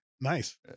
nice